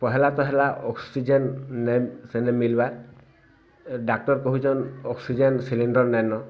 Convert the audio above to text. ପହେଲା ତ ହେଲା ଅକ୍ସିଜେନ୍ ନେ ସେ ନେଇ ମିଲ୍ବା ଡାକ୍ଟର କହୁଛନ୍ ଅକ୍ସିଜେନ୍ ସିଲିଣ୍ଡର୍ ନା